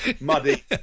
muddy